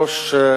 היושבת-ראש,